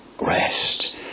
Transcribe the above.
rest